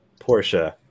Porsche